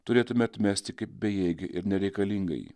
turėtume atmesti kaip bejėgį ir nereikalingąjį